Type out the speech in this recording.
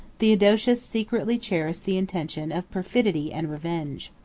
theodosius secretly cherished the intention of perfidy and revenge.